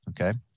Okay